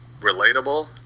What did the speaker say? relatable